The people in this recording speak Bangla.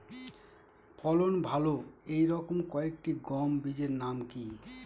ফলন ভালো এই রকম কয়েকটি গম বীজের নাম কি?